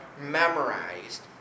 memorized